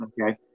okay